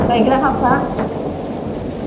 गायग्रा हाफ्रा